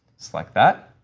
select that.